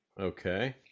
okay